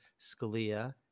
Scalia